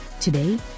Today